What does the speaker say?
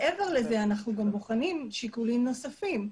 מעבר לזה אנחנו בוחנים גם שיקולים נוספים.